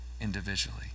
individually